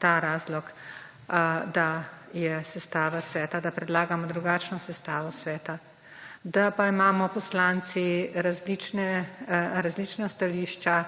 ta razlog, da je sestava sveta, da predlagamo drugačno sestavo sveta. Da pa imamo poslanci različna stališča,